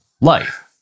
life